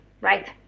right